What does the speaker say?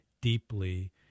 deeply